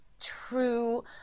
true